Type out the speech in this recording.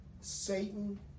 Satan